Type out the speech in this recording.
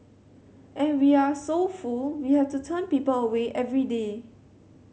and we are so full we have to turn people away every day